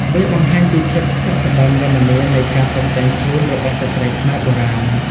វាបង្ហាញពីភាពសុខដុមរមនានៃការតុបតែងខ្លួនរបស់ស្ត្រីខ្មែរបុរាណ។